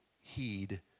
heed